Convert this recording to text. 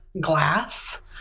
glass